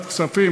היושב-ראש,